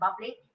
public